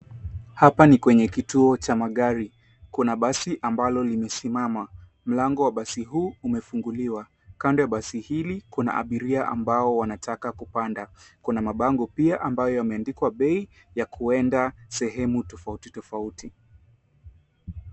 Hapa ni kwenye kituo cha magari. Kuna basi ambalo limesimama. Mlango wa basi huu umefunguliwa. Kando ya basi hili kuna abiria ambao wanataka kupanda. Kuna mabango pia ambayo yameandikwa bei ya kuenda sehemu tofauti tofauti.